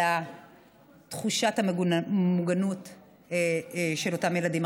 על תחושת המוגנות של אותם ילדים.